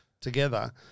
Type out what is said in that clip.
together